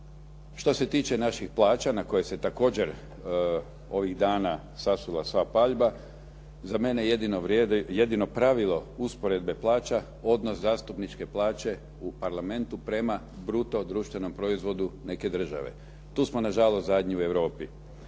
Što se tiče naših plaća na koje se također ovih dana sasula sva paljba za mene vrijedi jedino pravilo usporedbe plaća odnos zastupničke plaće u parlamentu prema bruto društvenom proizvodu neke države. Tu smo nažalost zadnji u Europi.